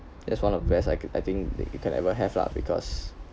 that's one of the best I could I think that you can ever have lah because